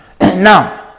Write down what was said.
Now